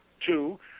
Two